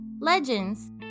legends